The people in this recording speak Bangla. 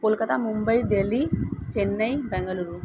কলকাতা মুম্বাই দিল্লি চেন্নাই বেঙ্গালুরু